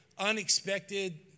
unexpected